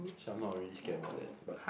somehow I really scared about that but